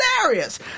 hilarious